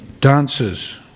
dances